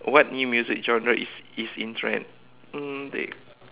what new music genre is is in trend um